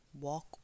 walk